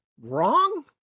wrong